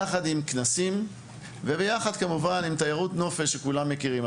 יחד עם כנסים ועם תיירות נופש, שכולם מכירים.